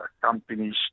companies